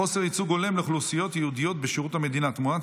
בנושא: חוסר ייצוג הולם לאוכלוסיות ייעודיות בשירות המדינה: תמונת